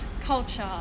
culture